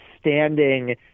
standing